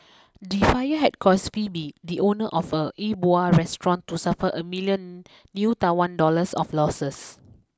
the fire had caused Phebe the owner of a E Bua restaurant to suffer a million new Taiwan dollars of losses